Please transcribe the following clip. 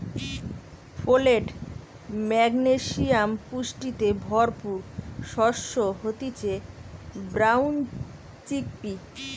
folate, magnesium পুষ্টিতে ভরপুর শস্য হতিছে ব্রাউন চিকপি